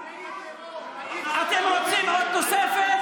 אתם רוצים עוד תוספת?